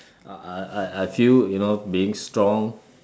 uh uh I feel you know being strong